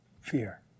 fear